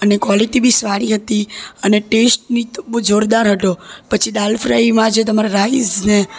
અને કોલેટી બી સારી હતી અને ટેસ્ટની તો બહુ જોરદાર હતો પછી દાલ ફ્રાય એમાં જે તમારા રાઈસને